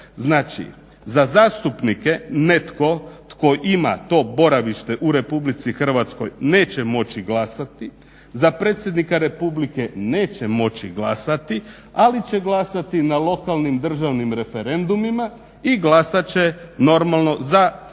za zastupnike netko tko ima to boravište u Republici Hrvatskoj neće moći glasati, za predsjednika neće moći glasati, ali će glasati na lokalnim državnim referendumima i glasat će normalno za tijela